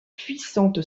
puissante